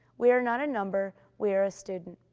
we are not a number, we are a student.